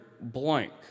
blank